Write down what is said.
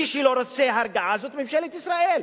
מי שלא רוצה הרגעה זה ממשלת ישראל.